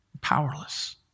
Powerless